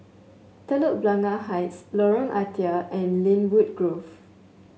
Telok Blangah Heights Lorong Ah Thia and Lynwood Grove